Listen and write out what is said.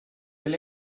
del